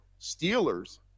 Steelers